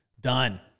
Done